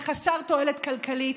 זה חסר תועלת כלכלית,